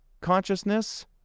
consciousness